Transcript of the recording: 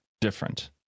different